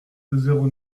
zéro